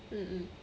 mm mm